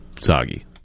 soggy